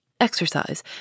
exercise